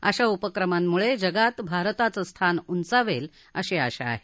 अशा उपक्रमांमुळे जगात भारताचं स्थान उंचावेल अशी आशा आहे